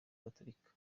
gaturika